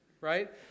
right